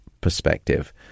perspective